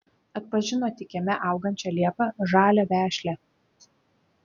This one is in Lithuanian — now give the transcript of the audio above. atpažino tik kieme augančią liepą žalią vešlią